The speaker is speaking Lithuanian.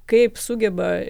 kaip sugeba